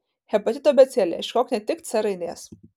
hepatito abėcėlė ieškok ne tik c raidės